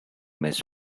mess